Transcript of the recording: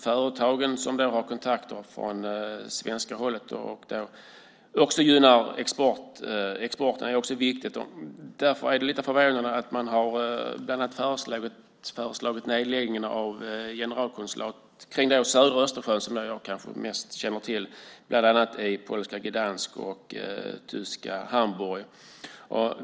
Företagen som har kontakter från svenskt håll gynnar också exporten. Det är viktigt. Därför är det lite förvånande att man när det gäller området kring södra Östersjön, som jag kanske känner till bäst, bland annat har föreslagit nedläggning av generalkonsulatet i polska Gdansk och tyska Hamburg.